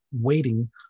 waiting